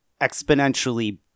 exponentially